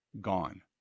gone